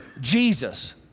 Jesus